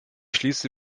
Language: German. schließe